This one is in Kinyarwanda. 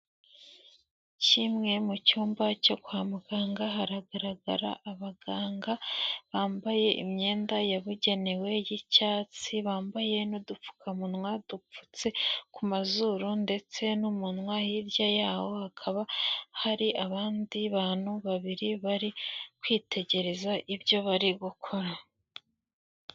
Kimwe mu cyumba cyo kwa muganga haragaragara abaganga bambaye imyenda yabugenewe y'icyatsi, bambaye n'udupfukamunwa dupfutse ku mazuru ndetse n'umunwa, hirya yaho hakaba hari abandi bantu babiri bari kwitegereza ibyo bari gukora.